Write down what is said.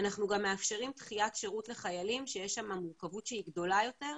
אנחנו גם מאפשרים דחיית שירות לחיילים שיש שם מורכבות שהיא גדולה יותר,